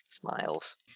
Smiles